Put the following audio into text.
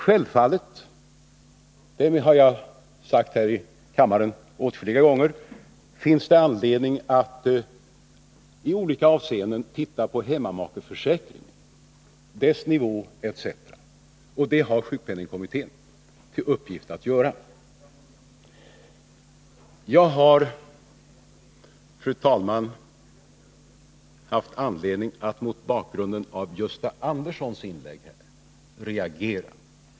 Självfallet — det har jag sagt här i kammaren åtskilliga gånger — finns det anledning att i olika avseenden se över hemmamakeförsäkringen, dess nivå etc. Det har sjukpenningkommittén till uppgift att göra. Jag har, fru talman, haft anledning att mot bakgrund av Gösta Anderssons inlägg reagera.